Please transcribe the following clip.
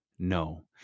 No